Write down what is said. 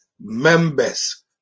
members